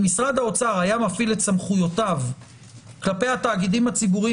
אם משרד האוצר היה מפעיל סמכויותיו כלפי התאגידים הציבוריים